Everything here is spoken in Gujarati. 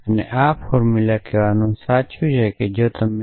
અને આ ફોર્મુલા સાચું છે જો તમે P અથવા